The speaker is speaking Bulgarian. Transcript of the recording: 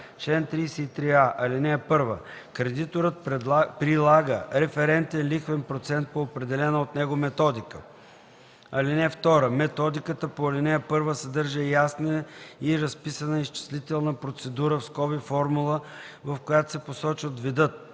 „Чл. 33а. (1) Кредиторът прилага референтен лихвен процент по определена от него методика. (2) Методиката по ал. 1 съдържа ясна и разписана изчислителна процедура (формула), в която се посочват видът,